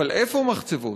אבל איפה מחצבות?